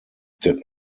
did